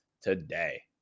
Today